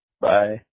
bye